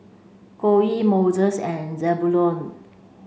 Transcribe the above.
Coley Moises and Zebulon